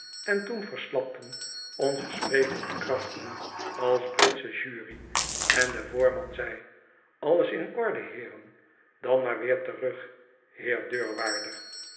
en toen verslapten onze sprekende krachten als britsche jury en de voorman zei alles in orde heeren dan maar weer terug heer deurwaarder